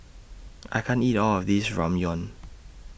I can't eat All of This Ramyeon